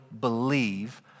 believe